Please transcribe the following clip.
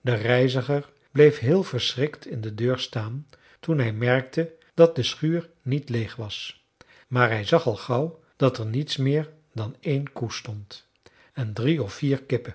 de reiziger bleef heel verschrikt in de deur staan toen hij merkte dat de schuur niet leeg was maar hij zag al gauw dat er niets meer dan één koe stond en drie of vier kippen